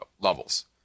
levels